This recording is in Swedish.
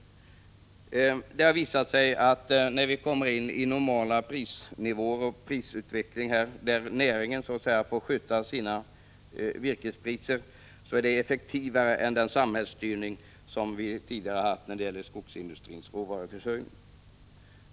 Vid normal prisutveckling, dvs. då näringen själv får bestämma virkespriserna, har marknadskrafterna visat sig effektivare än den samhällsstyrning, som vi tidigare har haft i fråga om skogsindustrins råvaruförsörjning.